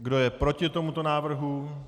Kdo je proti tomuto návrhu?